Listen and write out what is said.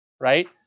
right